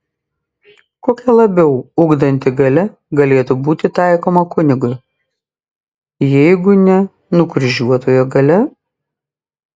kokia labiau ugdanti galia galėtų būti taikoma kunigui jeigu ne nukryžiuotojo galia